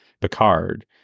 Picard